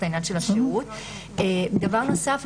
דבר נוסף,